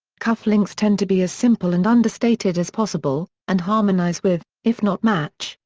cufflinks tend to be as simple and understated as possible, and harmonise with, if not match,